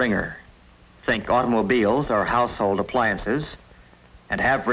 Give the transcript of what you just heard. ring or think automobiles or household appliances and ave